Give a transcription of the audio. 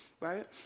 right